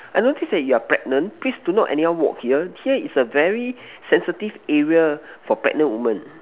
I notice that you're pregnant please do not anyhow walk here here is a very sensitive area for pregnant women